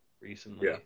recently